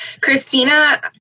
Christina